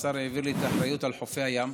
השר העביר לי את האחריות לחופי הים.